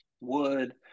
wood